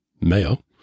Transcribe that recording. mayo